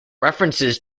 references